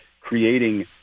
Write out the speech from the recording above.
creating